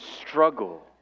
struggle